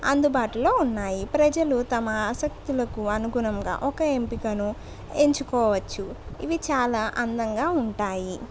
అందుబాటులో ఉన్నాయి ప్రజలు తమ ఆసక్తులకు అనుగుణంగా ఒక ఎంపికను ఎంచుకోవచ్చు ఇవి చాలా అందంగా ఉంటాయి